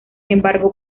embargo